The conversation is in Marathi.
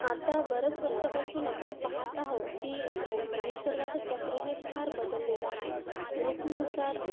आता बऱ्याच वर्षापासून आपण पाहत आहो की निसर्गाचं चक्र हे फार बदललेलं आहे ऋतूनुसार